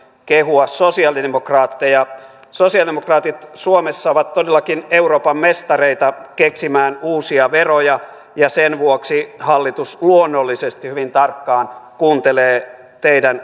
kehua sosialidemokraatteja sosialidemokraatit suomessa ovat todellakin euroopan mestareita keksimään uusia veroja ja sen vuoksi hallitus luonnollisesti hyvin tarkkaan kuuntelee teidän